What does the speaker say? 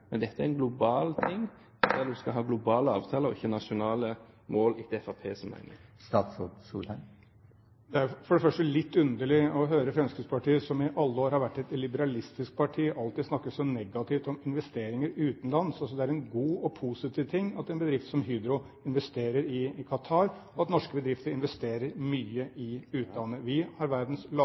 Men dette er en global ting, der en skal ha globale avtaler og ikke nasjonale mål, etter Fremskrittspartiets mening. Det er litt underlig å høre Fremskrittspartiet, som i alle år har vært et liberalistisk parti og alltid snakket så negativt om investeringer utenlands. Det er en god og positiv ting at en bedrift som Hydro investerer i Qatar, og at norske bedrifter investerer mye i utlandet. Vi har verdens